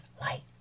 light